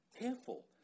careful